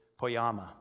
poyama